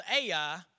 Ai